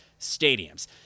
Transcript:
stadiums